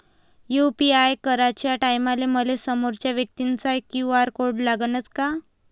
UPI कराच्या टायमाले मले समोरच्या व्यक्तीचा क्यू.आर कोड लागनच का?